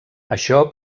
això